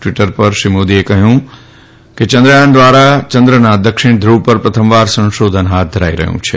Twitter પરની શ્રી મોદીએ કહ્યું કે ચંદ્રયાન દ્વારા ચંદ્રના દક્ષિણધુવ પર પ્રથમવાર સંશોધન હાથ ધરાઇ રહ્યું છે